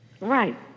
Right